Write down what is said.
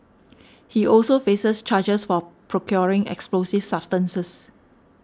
he also faces charges for procuring explosive substances